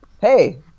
Hey